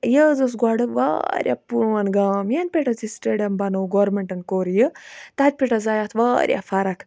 یہِ حظ اوس گۄڈٕ واریاہ پرون گام یَنہٕ پیٹھٕ حظ یہِ سٹیڈیَم بَنوو گورمنٹَن کوٚر یہِ تَتہِ پیٹھ حظ آے اَتھ واریاہ فَرَق